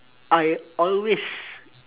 I always